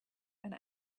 and